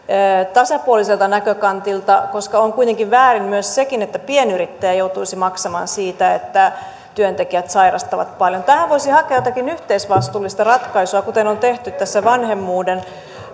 tasapuoliselta näkökantilta koska on kuitenkin väärin myös se että pienyrittäjä joutuisi maksamaan siitä että työntekijät sairastavat paljon tähän voisi hakea jotain yhteisvastuullista ratkaisua kuten on tehty tässä vanhemmuuden